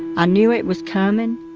ah knew it was coming,